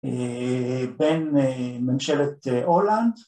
‫בין ממשלת הולנד.